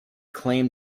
claimed